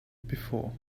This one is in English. before